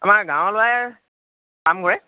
আমাৰ গাঁৱৰ ল'ৰাই কাম কৰে